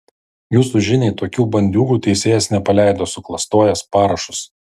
jūsų žiniai tokių bandiūgų teisėjas nepaleido suklastojęs parašus